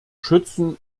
schützen